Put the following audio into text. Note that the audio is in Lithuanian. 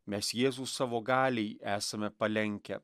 mes jėzų savo galiai esame palenkę